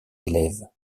élèves